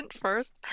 first